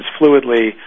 fluidly